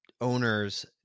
owners